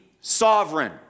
sovereign